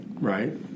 Right